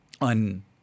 on